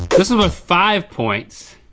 this is worth five points.